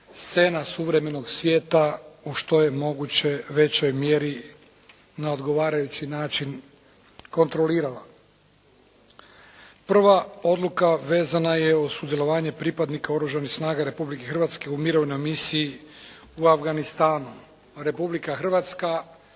scena suvremenog svijeta u što je mogućoj većoj mjeri na odgovarajući način kontrolirala. Prva odluka vezana je uz sudjelovanje pripadnika Oružanih snaga Republike Hrvatske u Mirovnoj misiji u Afganistanu. Republika Hrvatska